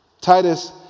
Titus